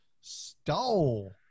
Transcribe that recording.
stole